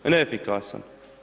Neefikasan.